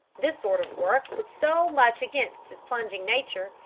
this sort of work was so much against his plunging nature,